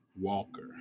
Walker